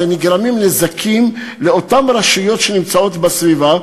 נגרמים נזקים לאותן רשויות שנמצאות בסביבה,